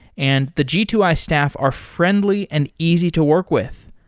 and the g two i staff are friendly and easy to work with.